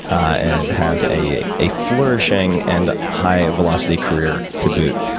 and has a a flourishing and high velocity career to boot.